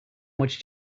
much